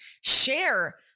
share